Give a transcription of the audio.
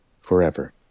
forever